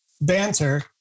banter